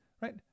right